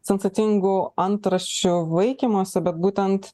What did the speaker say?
sensacingų antraščių vaikymosi bet būtent